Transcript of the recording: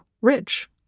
rich